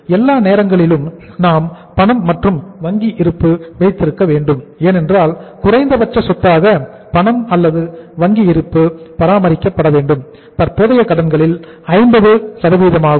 எல்லா நேரங்களிலும் நாம் பணம் மற்றும் வங்கி இருப்பு வைத்திருக்க வேண்டும் ஏனென்றால் குறைந்தபட்ச சொத்தாக பணம் அல்லது வங்கி இருப்பு பராமரிக்கப்பட வேண்டும் இது தற்போதைய கடன்களில் 50 ஆகும்